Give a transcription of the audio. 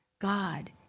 God